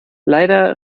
leider